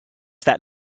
that